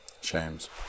shames